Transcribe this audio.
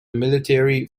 military